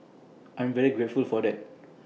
I'm very grateful for that